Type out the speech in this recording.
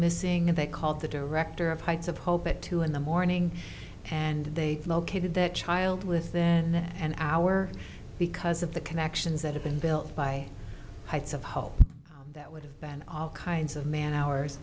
missing and they called the director of heights of hope at two in the morning and they located their child within an hour because of the connections that have been built by heights of home that would have been all kinds of man hours